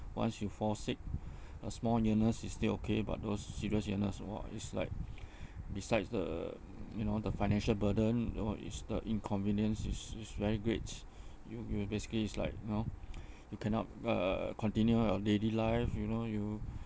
once you fall sick a small illness is still okay but those serious illness !wah! is like besides the you know the financial burden another one is the inconvenience is is very great you you basically it's like you know you cannot uh continue your daily life you know you